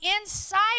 inside